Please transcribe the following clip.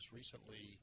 recently